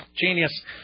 Genius